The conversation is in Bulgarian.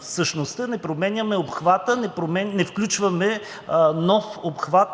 същността, не променяме обхвата, не включваме нов обхват